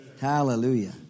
Hallelujah